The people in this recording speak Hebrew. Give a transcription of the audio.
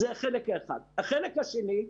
החלק השני.